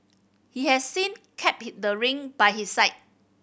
he has since kept the ring by his side